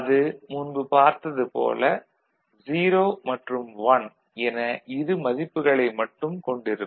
அது முன்பு பார்த்தது போல 0 மற்றும் 1 என இரு மதிப்புகளை மட்டும் கொண்டு இருக்கும்